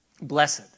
blessed